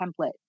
template